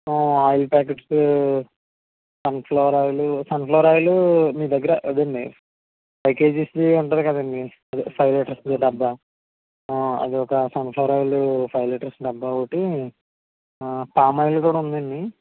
oil packets sunflower oil sunflower oil మీ దగ్గర అదేనండి ఫైవ్ కేజీస్ది ఉంటది కదండీ అదే ఫైవ్ లీటర్స్ది డబ్బా అది ఒక sunflower oil five litres డబ్బా ఒకటి పామ్ ఆయిల్ కూడా ఉందండి